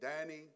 Danny